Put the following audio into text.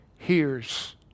hears